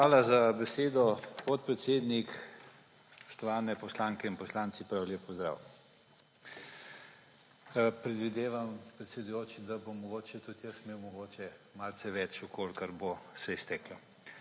Hvala za besedo, podpredsednik. Spoštovane poslanke in poslanci, lep pozdrav! Predvidevam, predsedujoči, da bom mogoče tudi jaz imel mogoče malce več, v kolikor se bo izteklo.